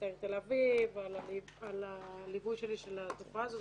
העיר תל אביב ועל הליווי שלי של התופעה הזאת.